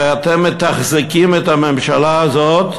הרי אתם מתחזקים את הממשלה הזאת